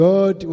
God